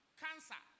cancer